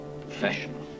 Professional